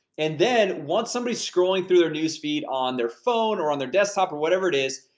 and then, once somebody's scrolling through their newsfeed on their phone or on their desktop or whatever it is,